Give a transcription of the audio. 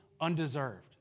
undeserved